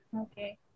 Okay